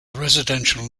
residential